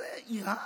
הייתה יראה,